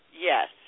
Yes